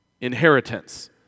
inheritance